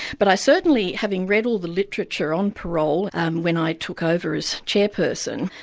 but i certainly, having read all the literature on parole when i took over as chairperson,